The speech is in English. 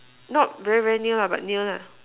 not very very near lah but near lah